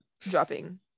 dropping